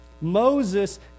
Moses